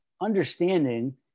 understanding